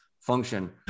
function